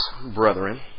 brethren